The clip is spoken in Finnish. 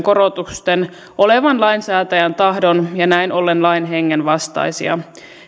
korotusten olevan lainsäätäjän tahdon ja näin ollen lain hengen vastaisia